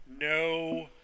no